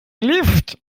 lift